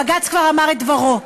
בג"ץ כבר אמר את דברו.